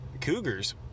cougars